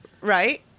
Right